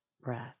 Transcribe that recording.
breath